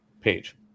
page